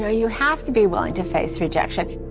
yeah you have to be willing to face rejection.